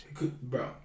Bro